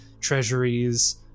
treasuries